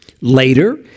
Later